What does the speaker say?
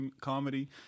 comedy